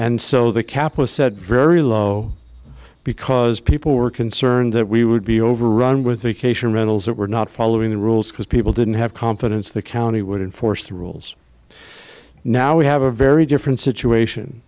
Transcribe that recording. and so the cap was said very low because people were concerned that we would be overrun with occasional rentals that were not following the rules because people didn't have confidence the county would force the rules now we have a very different situation